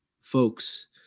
folks